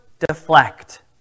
deflect